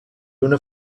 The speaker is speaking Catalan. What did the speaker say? una